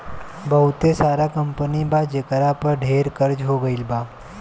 बहुते सारा कंपनी बा जेकरा पर ढेर कर्ज हो गइल बा